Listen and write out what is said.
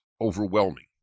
overwhelming